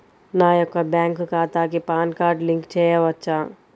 నా యొక్క బ్యాంక్ ఖాతాకి పాన్ కార్డ్ లింక్ చేయవచ్చా?